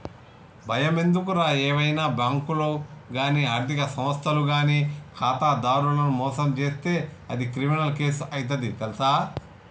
బయమెందుకురా ఏవైనా బాంకులు గానీ ఆర్థిక సంస్థలు గానీ ఖాతాదారులను మోసం జేస్తే అది క్రిమినల్ కేసు అయితది తెల్సా